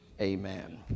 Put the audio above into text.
Amen